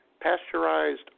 pasteurized